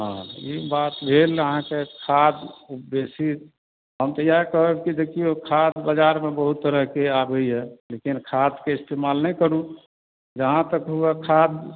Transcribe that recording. हँ ई बात भेल अहाँकेॅं खाद बेसी हम तऽ इएह कहब की देखियौ खाद बाज़ारमे बहुत तरहके आबैया लेकिन खादके इस्तेमाल नहि करूँ जहाँ तक हुए खाद